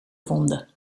wonde